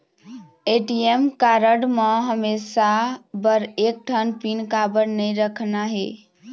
ATM card म हमेशा बर एक ठन पिन काबर नई रखना हे?